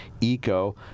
eco